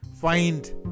find